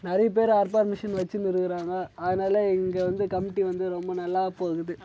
நெறையப் பேரு அறுப்பார் மிஷின் வச்சுனு இருக்கிறாங்க அதனால் இங்கே வந்து கமிட்டி வந்து ரொம்ப நல்லா போகுது